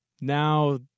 Now